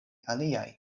aliaj